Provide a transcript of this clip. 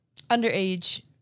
Underage